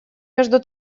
между